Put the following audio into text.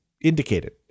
indicated